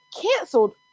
canceled